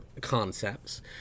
concepts